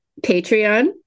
patreon